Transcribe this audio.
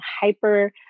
hyper-